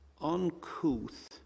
uncouth